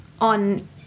on